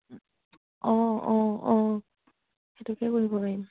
অঁ অঁ অঁ সেইটোকে কৰিব লাগিব